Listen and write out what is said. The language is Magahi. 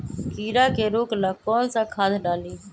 कीड़ा के रोक ला कौन सा खाद्य डाली?